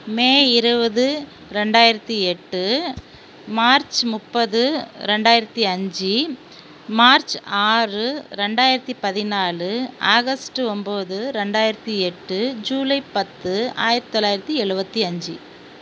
மே இருவது ரெண்டாயிரத்தி எட்டு மார்ச் முப்பது ரெண்டாயிரத்தி அஞ்சு மார்ச் ஆறு ரெண்டாயிரத்தி பதினாலு ஆகஸ்டு ஒன்போது ரெண்டாயிரத்தி எட்டு ஜூலை பத்து ஆயிரத்தி தொள்ளாயிரத்தி எழுபத்தி அஞ்சு